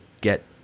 get